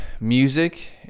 music